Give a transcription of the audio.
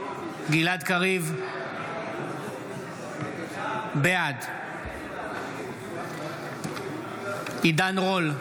בעד עידן רול,